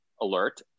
alert